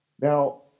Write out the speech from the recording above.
Now